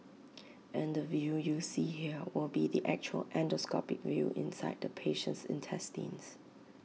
and the view you see here will be the actual endoscopic view inside the patient's intestines